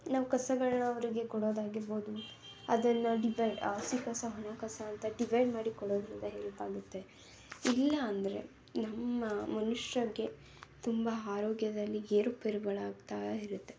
ನಾವು ಕಸಗಳನ್ನ ಅವರಿಗೆ ಕೊಡೋದಾಗಿರ್ಬೋದು ಅದನ್ನು ಡಿವೈಡ್ ಹಸಿ ಕಸ ಒಣ ಕಸ ಅಂತ ಡಿವೈಡ್ ಮಾಡಿ ಕೊಡೋದರಿಂದ ಹೆಲ್ಪ್ ಆಗುತ್ತೆ ಇಲ್ಲ ಅಂದರೆ ನಮ್ಮ ಮನುಷ್ಯರಿಗೆ ತುಂಬ ಆರೋಗ್ಯದಲ್ಲಿ ಏರು ಪೇರುಗಳು ಆಗ್ತಾ ಇರುತ್ತೆ